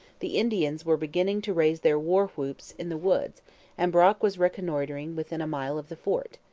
the indians were beginning to raise their war-whoops in the woods and brock was reconnoitring within a mile of the fort.